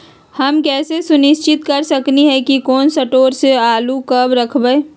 हम कैसे सुनिश्चित कर सकली ह कि कोल शटोर से आलू कब रखब?